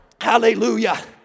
Hallelujah